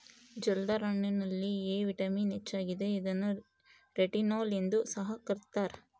ಜಲ್ದರ್ ಹಣ್ಣುದಲ್ಲಿ A vitamin ಹೆಚ್ಚಾಗಿದೆ ಇದನ್ನು ರೆಟಿನೋಲ್ ಎಂದು ಸಹ ಕರ್ತ್ಯರ